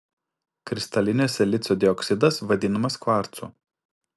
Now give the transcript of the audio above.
kristalinio silicio dioksidas vadinamas kvarcu